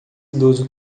idoso